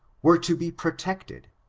were to be protected,